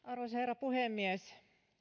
arvoisa herra puhemies